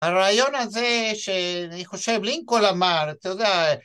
הרעיון הזה שאני חושב לינקול אמר, אתה יודע